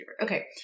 Okay